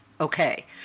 okay